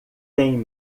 tem